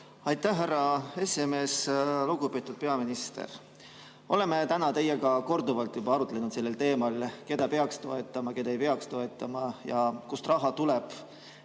Aitäh, härra esimees! Lugupeetud peaminister! Oleme täna teiega korduvalt juba arutlenud sellel teemal, keda peaks toetama, keda ei peaks toetama ja kust raha tuleb.